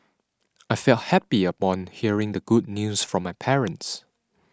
I felt happy upon hearing the good news from my parents